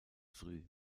früh